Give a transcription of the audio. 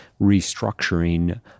restructuring